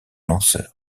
lanceur